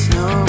no